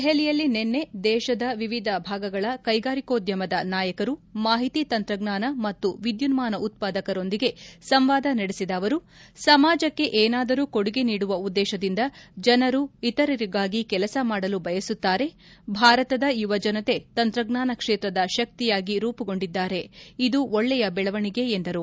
ದೆಹಲಿಯಲ್ಲಿ ನಿನ್ನೆ ದೇಶದ ವಿವಿಧ ಭಾಗಗಳ ಕೈಗಾರಿಕೋದ್ಯಮದ ನಾಯಕರು ಮಾಹಿತಿ ತಂತ್ರಜ್ಞಾನ ಮತ್ತು ವಿದ್ಯುನ್ಮಾನ ಉತ್ಪಾದಕರೊಂದಿಗೆ ಸಂವಾದ ನಡೆಸಿದ ಅವರು ಸಮಾಜಕ್ಕೆ ಏನಾದರೂ ಕೊಡುಗೆ ನೀಡುವ ಉದ್ದೇಶದಿಂದ ಜನರು ಇತರರಿಗಾಗಿ ಕೆಲಸ ಮಾಡಲು ಬಯಸುತ್ತಾರೆ ಭಾರತದ ಯುವಜನತೆ ತಂತ್ರಜ್ಞಾನ ಕ್ಷೇತ್ರದ ಶಕ್ತಿಯಾಗಿ ರೂಪುಗೊಂಡಿದ್ದಾರೆ ಇದು ಒಳ್ಳೆಯ ಬೆಳವಣಿಗೆ ಎಂದರು